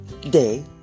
day